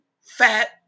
fat